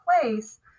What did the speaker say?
place